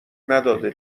نداده